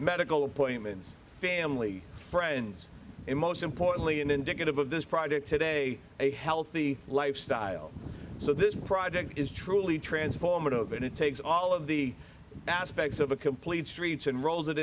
medical appointments family friends and most importantly an indicative of this project today a healthy lifestyle so this project is truly transformative and it takes all of the aspects of a complete streets and rolls it